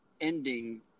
ending